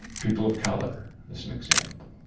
people of color, as an example?